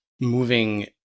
moving